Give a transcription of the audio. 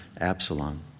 Absalom